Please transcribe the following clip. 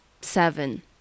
seven